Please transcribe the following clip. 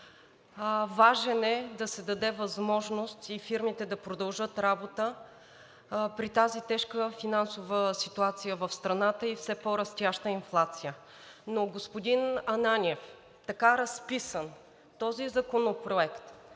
Важен е, за да се даде възможност и фирмите да продължат работа при тази тежка финансова ситуация в страната и все по-растяща инфлация. Но, господин Ананиев, така разписан, този законопроект